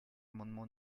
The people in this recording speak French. amendement